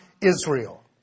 Israel